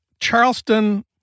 Charleston